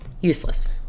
Useless